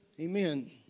Amen